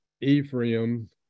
Ephraim